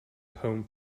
poem